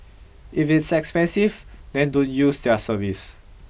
if it's expensive then don't use their service